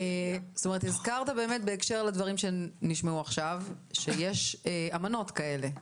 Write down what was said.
הזכרת בהקשר לדברים שנשמעו עכשיו שיש אמנות כאלה.